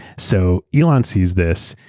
so elon sees this.